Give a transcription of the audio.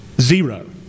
Zero